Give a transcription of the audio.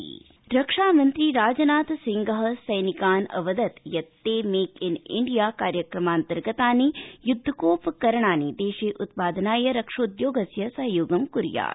राजनाथसैनिकाधीक्षकः रक्षामन्त्री राजनाथ सिंहः सैनिकान् अवदत् यत् ते मेक इन इण्डिया कार्यक्रमान्तर्गत युद्धकोपकरणानि देशे उत्पादनाय रक्षोद्योगस्य सहयोगं कुर्यात्